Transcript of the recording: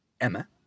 Emma